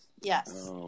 Yes